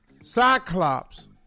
Cyclops